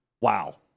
Wow